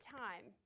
time